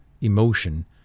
emotion